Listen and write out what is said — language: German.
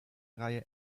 reihe